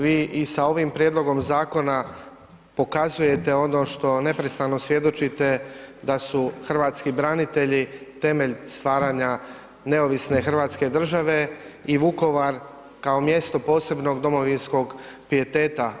Vi i sa ovim prijedlogom zakona pokazujete ono što neprestano svjedočite da su hrvatski branitelji temelj stvaranja neovisne Hrvatske države i Vukovar kao mjesto posebnog domovinskog pijeteta.